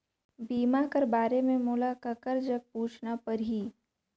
बीमा कर बारे मे मोला ककर जग पूछना परही?